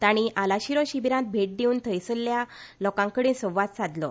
तांणी आलाशिरो शिबिरांत भेट दिवन थंयसरल्या लोकांकडे संवाद साधलो